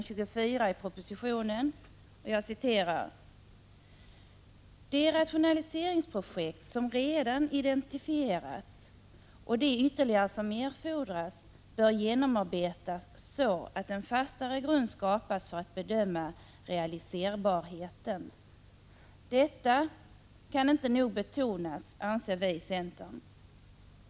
24i propositionen: ”De rationaliseringsprojekt som redan identifierats och de ytterligare som erfordras bör genomarbetas så att en fastare grund skapas för att bedöma realiserbarheten.” Detta kan inte nog betonas, anser vi i centern.